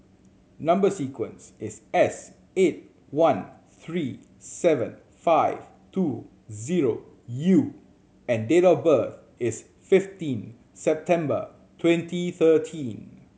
number sequence is S eight one three seven five two zero U and date of birth is fifteen September twenty thirteen